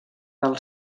del